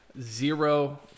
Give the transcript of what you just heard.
zero